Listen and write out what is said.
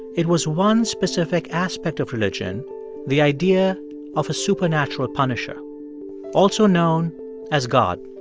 it was one specific aspect of religion the idea of a supernatural punisher also known as god.